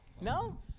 No